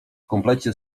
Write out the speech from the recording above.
komplecie